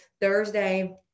Thursday